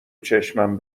چشمم